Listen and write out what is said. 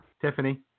Tiffany